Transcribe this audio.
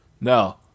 No